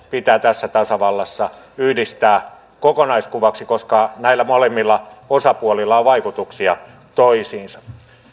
pitää tässä tasavallassa yhdistää kokonaiskuvaksi koska näillä molemmilla osapuolilla on vaikutuksia toisiinsa